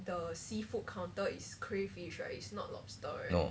no